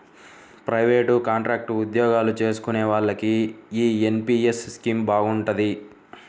private, contract ఉద్యోగాలు చేసుకునే వాళ్లకి యీ ఎన్.పి.యస్ స్కీమ్ బాగుంటది